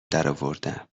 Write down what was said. درآوردم